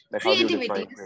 creativity